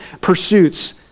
pursuits